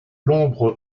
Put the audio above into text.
l’ombre